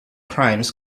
crimes